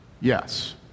Yes